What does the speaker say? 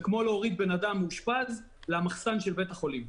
זה כמו להוריד בן אדם מאושפז למחסן של בית החולים.